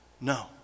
No